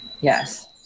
yes